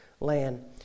Land